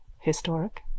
Historic